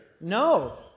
No